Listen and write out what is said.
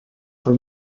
for